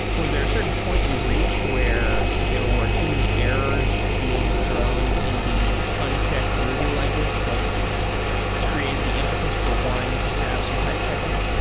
was there a certain point you reached where there too many errors being thrown in the unchecked ruby language that created the impetus for wanting to have some type checking?